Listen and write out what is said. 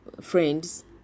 friends